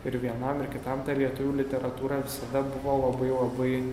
ir vienam ir kitam tą lietuvių literatūrą visada buvo labai labai